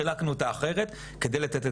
חילקנו אותה אחרת וזאת על מנת לתת את